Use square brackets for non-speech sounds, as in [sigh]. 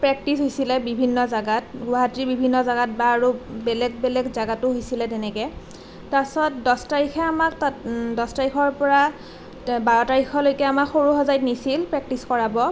practice হৈছিলে বিভিন্ন জেগাত গুৱাহাটীৰ বিভিন্ন জেগাত আৰু বেলেগ বেলেগ জেগাতো হৈছিলে তেনেকৈ তাৰ পিছত দহ তাৰিকে আমাক তাত দহ তাৰিখৰ পৰা [unintelligible] বাৰ তাৰিখলৈকে আমাক সৰুহোজাইত নিছিল প্ৰেক্টিছ কৰাব